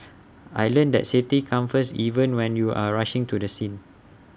I learnt that safety comes first even when you are rushing to the scene